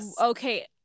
Okay